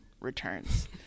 returns